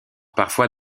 parfois